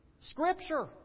Scripture